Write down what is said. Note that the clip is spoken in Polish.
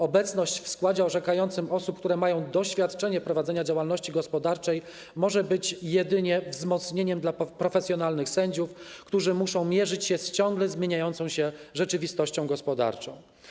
Obecność w składzie orzekającym osób, które mają doświadczenie w prowadzeniu działalności gospodarczej, może być jedynie wzmocnieniem dla profesjonalnych sędziów, którzy muszą mierzyć się z ciągle zmieniającą się rzeczywistością gospodarczą.